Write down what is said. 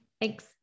thanks